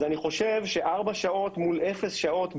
אז אני חושב שארבע שעות מול אפס שעות בחודש,